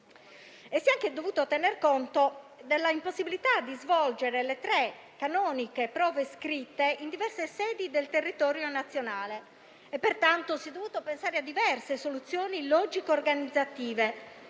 Si è altresì dovuto tener conto dell'impossibilità di svolgere le tre canoniche prove scritte in diverse sedi del territorio nazionale. Pertanto si è dovuto pensare a diverse soluzioni logiche organizzative